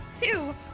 two